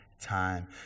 time